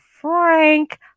Frank